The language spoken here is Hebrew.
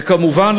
וכמובן,